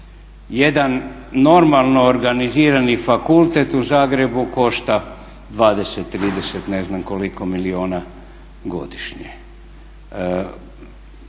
Jedan normalno organizirani fakultetu u Zagrebu košta 20, 30, ne znam koliko milijuna godišnje.